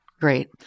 Great